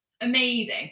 amazing